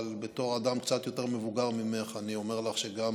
אבל בתור אדם קצת יותר מבוגר ממך אני אומר לך שגם